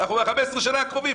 מדובר על שעבוד ל-15 השנים הקרובות.